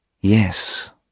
Yes